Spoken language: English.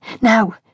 now